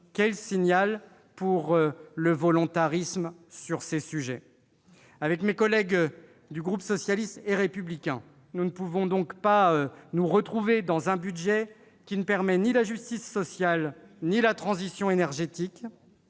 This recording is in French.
Quel signe de volontarisme ... Avec mes collègues du groupe socialiste et républicain, nous ne pouvons pas nous retrouver dans un projet de budget qui ne permet ni la justice sociale, ni la transition énergétique,